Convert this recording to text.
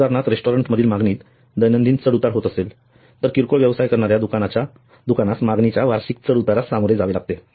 उदाहरणार्थ रेस्टॉरंटमधील मागणीत दैनंदिन चढ उतार असेल तर किरकोळ व्यवसाय करणाऱ्या दुकानास मागणीच्या वार्षिक चढ उतारास सामोरे जावे लागेल